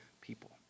people